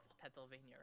Pennsylvania